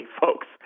folks